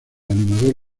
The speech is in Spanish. animador